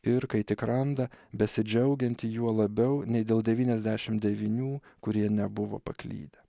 ir kai tik randa besidžiaugiantį juo labiau nei dėl devyniasdešim devynių kurie nebuvo paklydę